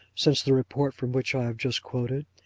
since the report from which i have just quoted.